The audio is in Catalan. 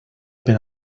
per